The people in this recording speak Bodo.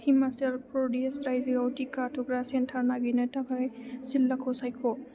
हिमाचल प्रदिश रायजोआव टिका थुग्रा सेन्टार नागिरनो थाखाय जिल्लाखौ सायख'